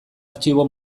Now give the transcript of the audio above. artxibo